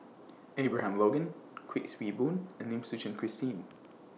Abraham Logan Kuik Swee Boon and Lim Suchen Christine